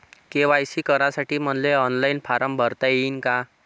KYC करासाठी मले online form भरता येईन का?